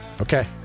Okay